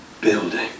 building